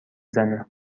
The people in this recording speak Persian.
زنه